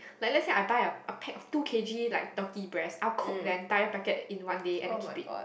like lets say I but a a pack of two K_G like turkey breast I'll cook the entire packet in one and I keep it